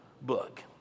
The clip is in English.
book